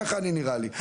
ככה אני נראה לי.